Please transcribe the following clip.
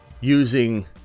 using